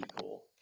cool